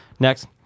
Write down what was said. Next